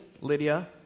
Lydia